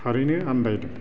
थारैनो आनदायदों